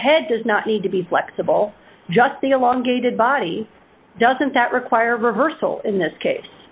head does not need to be flexible just the elongated body doesn't that require reversal in this case